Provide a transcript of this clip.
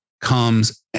comes